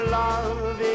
love